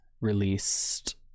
Released